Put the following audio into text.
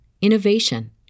innovation